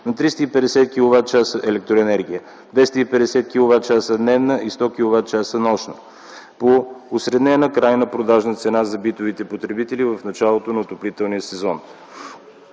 на 350 квч. електроенергия, 250 квч. дневна и 100 квч. нощна, по усреднена крайна продажна цена за битовите потребители в началото на отоплителния сезон.